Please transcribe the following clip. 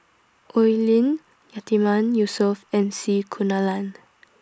Oi Lin Yatiman Yusof and C Kunalan